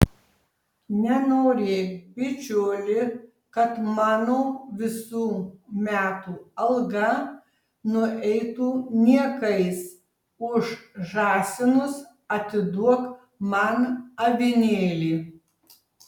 nenorėk bičiuli kad mano visų metų alga nueitų niekais už žąsinus atiduok man avinėlį